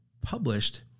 published